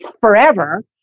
forever